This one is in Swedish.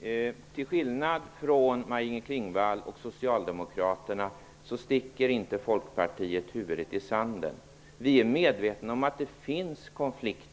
Fru talman! Till skillnad från Maj-Inger Klingvall och Socialdemokraterna sticker inte Folkpartiet huvudet i sanden. Vi är medvetna om att